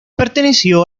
perteneció